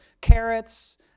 carrots